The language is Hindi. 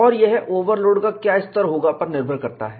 और यह ओवरलोड का क्या स्तर होगा पर निर्भर करता है